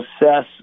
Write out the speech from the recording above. assess